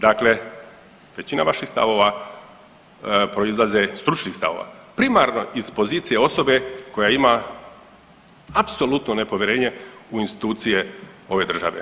Dakle, većina vaših stavova proizlaze, stručnih stavova, primarno iz pozicije osobe koja ima apsolutno nepovjerenje u institucije ove države.